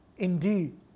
indeed